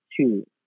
two